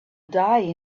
die